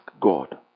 God